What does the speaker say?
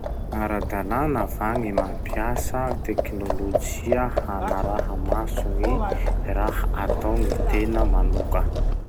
Ara-dalàna va gny mampiasa teknolojia hanaraha-maso gny raha ataon'ny tena manoka?